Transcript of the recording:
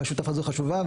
השותפות הזאת חשובה,